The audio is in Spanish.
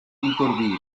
iturbide